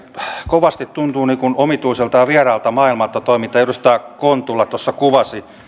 kovasti tuntuu omituiselta ja vieraalta maailmalta tuo mitä edustaja kontula tuossa kuvasi